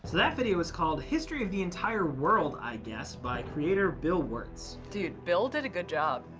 that video was called history of the entire world, i guess, by creator bill wurtz. dude, bill did a good job.